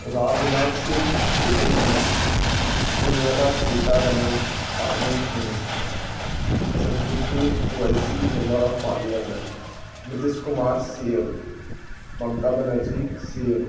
Raj Nath Singh defence minister Nirmala Sitharaman finance minister Asaduddin Owaisi member of parliament Nitish Kumar C M Mamata Banerjee C M